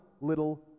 little